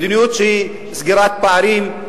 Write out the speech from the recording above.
מדיניות של סגירת פערים,